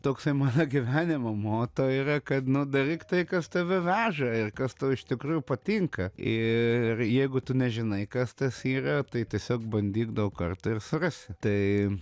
toksai mano gyvenimo moto yra kad nu daryk tai kas tave veža ir kas tau iš tikrųjų patinka ir jeigu tu nežinai kas tas yra tai tiesiog bandyk daug kartų ir surasi tai